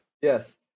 Yes